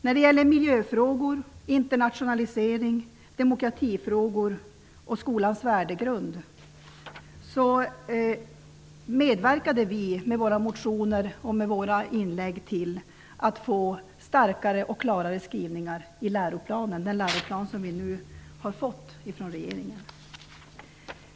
När det gäller miljöfrågor, internationalisering, demokratifrågor och skolans värdegrund medverkade vi med våra motioner och med våra inlägg till att få starkare och klarare skrivningar i den läroplan som vi nu har fått från regeringen.